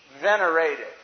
venerated